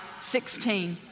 16